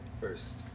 first